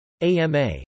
AMA